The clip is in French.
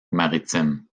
maritimes